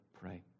pray